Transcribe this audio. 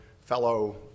fellow